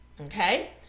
okay